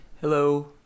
Hello